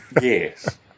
Yes